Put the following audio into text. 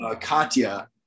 Katya